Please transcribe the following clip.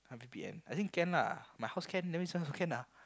V_P_N I think can lah my house can lah that mean this one also can lah